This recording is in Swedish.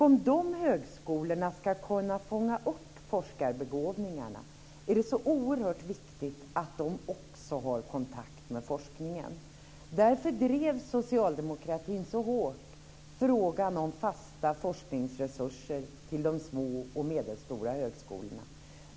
Om de högskolorna ska kunna fånga upp forskarbegåvningarna är det oerhört viktigt att de också har kontakt med forskningen. Därför drev Socialdemokraterna så hårt frågan om fasta forskningsresurser till de små och medelstora högskolorna.